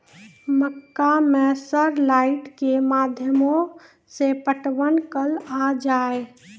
मक्का मैं solar light के माध्यम से पटवन कल आ जाए?